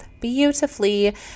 beautifully